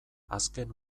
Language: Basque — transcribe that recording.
azken